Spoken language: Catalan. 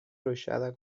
ruixada